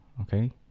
okay